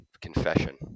confession